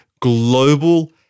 global